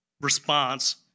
response